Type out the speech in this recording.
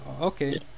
Okay